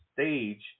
stage